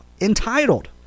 entitled